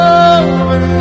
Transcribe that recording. over